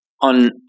on